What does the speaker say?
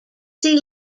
see